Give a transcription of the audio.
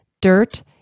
dirt